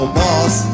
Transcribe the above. boss